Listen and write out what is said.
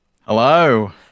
Hello